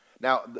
Now